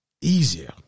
easier